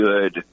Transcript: good